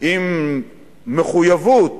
עם מחויבות